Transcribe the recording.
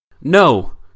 No